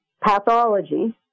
pathology